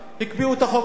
הקפיאו את החוק הזה.